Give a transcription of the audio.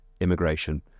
immigration